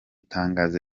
tangazo